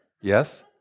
yes